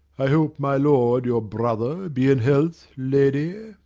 i hope my lord your brother be in health, lady.